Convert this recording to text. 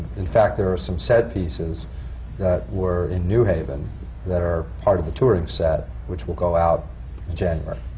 in fact, there are some set pieces that were in new haven that are part of the touring set, which will go out in january.